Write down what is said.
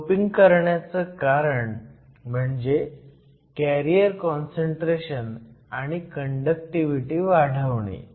doping करण्याचं कारण म्हणजे कॅरियर काँसंट्रेशन आणि कंडक्टिव्हिटी वाढवणे